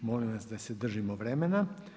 Molim vas da se držimo vremena.